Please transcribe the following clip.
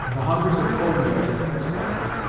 the hunters have told me of its expl'ites,